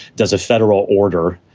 does a federal order,